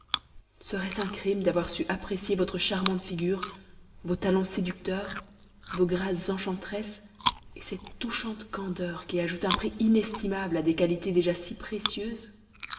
serait-ce un crime d'avoir su apprécier votre charmante figure vos talents séducteurs vos grâces enchanteresses cette touchante candeur qui ajoute un prix inestimable à des qualités déjà si précieuses